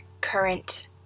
current